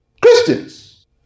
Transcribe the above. Christians